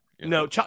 no